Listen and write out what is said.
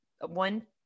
one